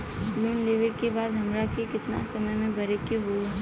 Loan लेवे के बाद हमरा के कितना समय मे भरे के होई?